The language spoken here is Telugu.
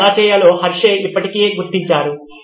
దీన్ని ఎలా చేయాలో హెర్షే ఇప్పటికే గుర్తించారు